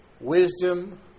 wisdom